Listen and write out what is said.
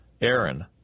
Aaron